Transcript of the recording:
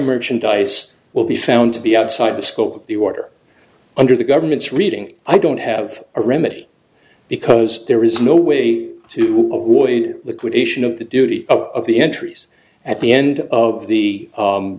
merchandise will be found to be outside the scope of the order under the government's reading i don't have a remedy because there is no way to avoid liquidation of the duty of the entries at the end of the